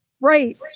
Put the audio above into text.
Right